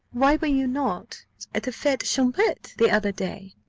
why were you not at the fete champetre the other day?